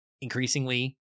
increasingly